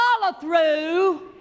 follow-through